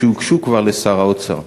שהוגשו כבר לשר האוצר?